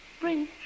Bring